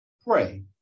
pray